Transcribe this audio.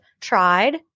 tried